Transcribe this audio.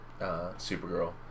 Supergirl